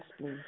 please